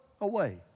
away